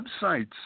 websites